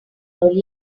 earlier